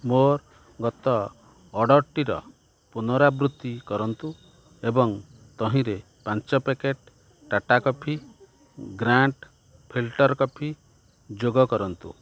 ମୋର ଗତ ଅଡ଼ର୍ଟିର ପୁନରାବୃତ୍ତି କରନ୍ତୁ ଏବଂ ତହିଁରେ ପାଞ୍ଚ packet Tata coffee grand filter coffee ଯୋଗ କରନ୍ତୁ